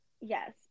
yes